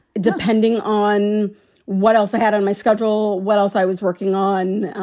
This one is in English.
depending on what else i had on my schedule, what else i was working on.